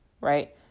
right